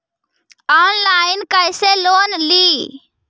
Online कैसे loan ली?